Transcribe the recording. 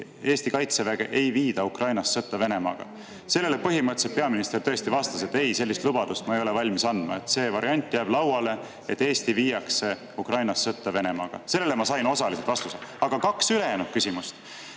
Eesti Kaitseväge ei viida Ukrainas sõtta Venemaaga? Sellele peaminister põhimõtteliselt vastas, et ei, sellist lubadust ta ei ole valmis andma, see variant jääb lauale, et Eesti viiakse Ukrainas sõtta Venemaaga. Sellele ma sain osaliselt vastuse. Aga kaks ülejäänud küsimust